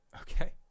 Okay